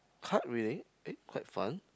card reading eh quite fun